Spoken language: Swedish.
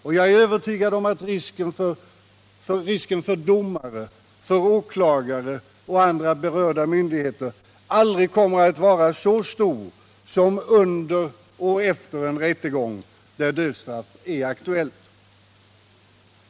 Och jag är övertygad om att risken för domare, åklagare och andra berörda myndigheter aldrig kommer att vara så stor som under och efter en rättegång där dödsstraff är aktuellt.